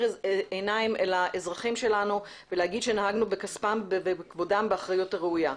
עיניים לאזרחים שלנו ולהגיד שנהגנו בכספם ובכבודם באחריות הראויה.